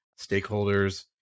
stakeholders